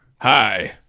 Hi